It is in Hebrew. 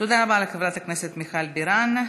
תודה רבה לחברת הכנסת מיכל בירן.